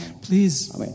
please